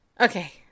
Okay